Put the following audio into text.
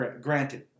Granted